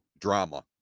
drama